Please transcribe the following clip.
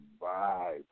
vibe